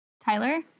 Tyler